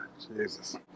Jesus